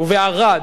בערד,